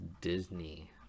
disney